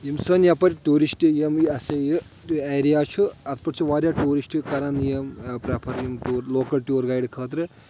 یِم سٲنۍ یَپٲرۍ ٹیوٗرِسٹ یِم یہِ ہَسا یہِ ایریا چھُ اَتھ پؠٹھ چھِ واریاہ ٹوٗرِسٹ کران یِم پرٛیفَر یِم ٹوٗر لوکَل ٹوٗر گاڈِ خٲطرٕ